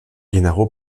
gennaro